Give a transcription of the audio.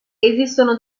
esistono